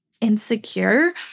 insecure